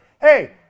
Hey